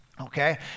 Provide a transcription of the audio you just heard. Okay